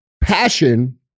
passion